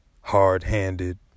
hard-handed